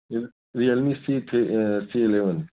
Realme C three C eleven